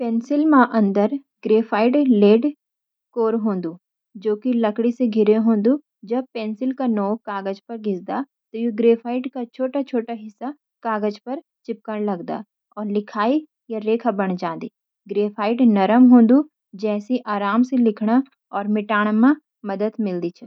पेंसिल मा अंदर ग्रेफाइट (लेड) कोर हूंदो, जोकि लकड़ी से घेरि होन्दी। जब पेंसिल का नोक कागज पे घिसदा, त ये ग्रेफाइट का छोटा-छोटा हिस्सा कागज पे चिपकण लगदा, और लिखाई या रेखा बन जांदी। ग्रेफाइट नरम हूंदो, जैतकि आराम से लिखण और मिटाण में मदद मिलदी।